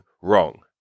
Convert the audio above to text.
wrong